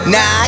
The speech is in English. Nah